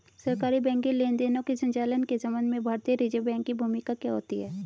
सरकारी बैंकिंग लेनदेनों के संचालन के संबंध में भारतीय रिज़र्व बैंक की भूमिका क्या होती है?